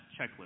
checklist